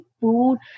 food